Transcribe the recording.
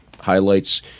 highlights